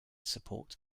support